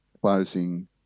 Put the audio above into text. closing